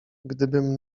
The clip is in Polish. gdybym